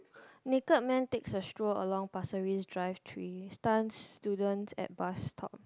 naked man takes a stroll along Pasir-Ris drive three stuns student at bus stop